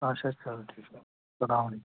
اچھا چلو ٹھیٖک چھُ السلامُ علیکُم